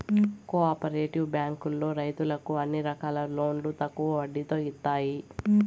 co operative బ్యాంకులో రైతులకు అన్ని రకాల లోన్లు తక్కువ వడ్డీతో ఇత్తాయి